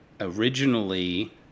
originally